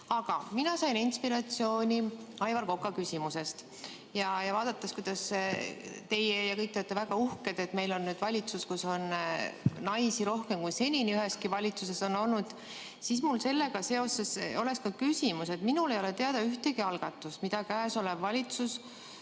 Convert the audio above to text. mina sain inspiratsiooni Aivar Koka küsimusest. Vaadates, kuidas teie kõik olite väga uhked selle üle, et meil on nüüd valitsus, kus on naisi rohkem, kui senini üheski valitsuses on olnud, on mul sellega seoses küsimus. Minule ei ole teada ühtegi algatust, mida ametis olev valitsus